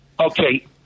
Okay